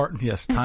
Yes